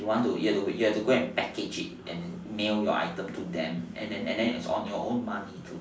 if you want to you have you have to package and mail it to them and then and then it's your own money